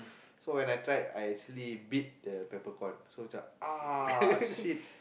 so when I tried I actually bit the peppercorn then I was like ah shit